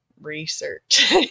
research